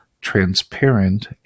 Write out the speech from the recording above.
transparent